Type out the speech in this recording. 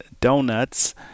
Donuts